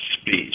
speech